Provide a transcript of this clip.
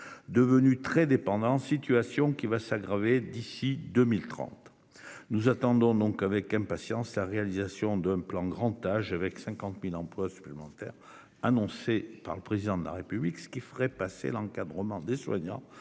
devenus très dépendants, une situation qui va s'aggraver nettement d'ici à 2030. Nous attendons donc avec impatience la mise en oeuvre du plan Grand Âge, avec les 50 000 emplois supplémentaires annoncés par le Président de la République, ce qui ferait passer le taux d'encadrement des soignants